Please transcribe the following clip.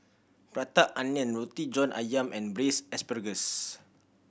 Prata Onion Roti John Ayam and Braised Asparagus